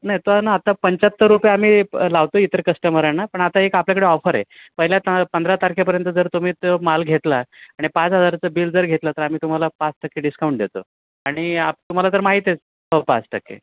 नाही तो ना आता पंच्याहत्तर रुपये आम्ही प लावतो इतर कस्टमरांना पण आता एक आपल्याकडे ऑफर आहे पहिल्या त पंधरा तारखेपर्यंत जर तुम्ही तो माल घेतला आणि पाच हजाराचं बिल जर घेतलं तर आम्ही तुम्हाला पाच टक्के डिस्काउंट देतो आणि तुम्हाला जर माहीत हो पाच टक्के